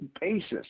basis